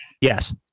yes